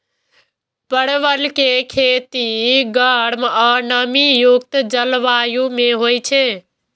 परवल के खेती गर्म आ नमी युक्त जलवायु मे होइ छै